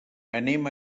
anem